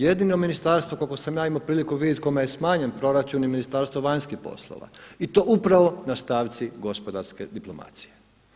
Jedino ministarstvo koliko sam ja imao priliku vidjeti kome je smanjen proračun je Ministarstvo vanjskih poslova i to upravo na stavci gospodarske diplomacije.